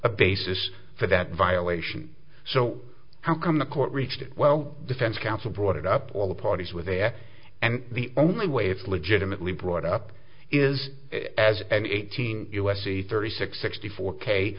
a basis for that violation so how come the court reached it well defense counsel brought it up all the parties with there and the only way for legitimately brought up is as an eighteen u s c thirty six sixty four k